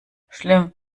schlimm